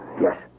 Yes